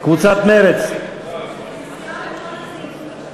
קבוצת סיעת חד"ש לסעיף 19,